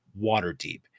Waterdeep